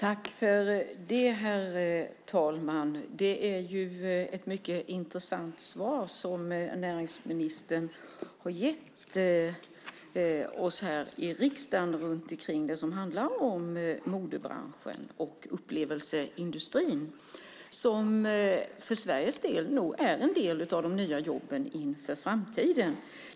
Herr talman! Det är ett mycket intressant svar som näringsministern har gett oss här i riksdagen, det som handlar om modebranschen och upplevelseindustrin, som för Sveriges del nog är en del av de nya jobben inför framtiden.